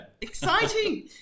exciting